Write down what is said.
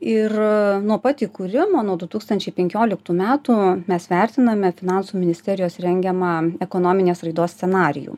ir nuo pat įkūrimo nuo du tūkstančiai penkioliktų metų mes vertiname finansų ministerijos rengiamą ekonominės raidos scenarijų